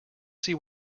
see